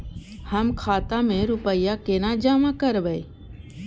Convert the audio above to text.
हम खाता में रूपया केना जमा करबे?